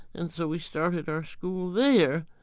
and so we started our school there.